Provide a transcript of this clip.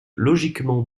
logiquement